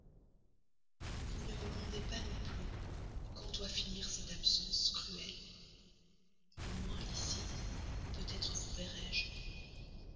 vous ne me mandez pas non plus quand doit finir cette absence cruelle au moins ici je vous